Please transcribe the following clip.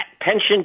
pension